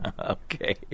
okay